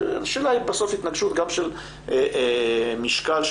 השאלה היא בסוף התנגשות גם של משקל של